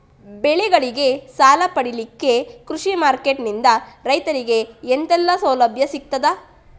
ಬೆಳೆಗಳಿಗೆ ಸಾಲ ಪಡಿಲಿಕ್ಕೆ ಕೃಷಿ ಮಾರ್ಕೆಟ್ ನಿಂದ ರೈತರಿಗೆ ಎಂತೆಲ್ಲ ಸೌಲಭ್ಯ ಸಿಗ್ತದ?